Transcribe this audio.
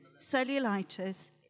cellulitis